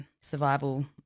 survival